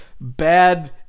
bad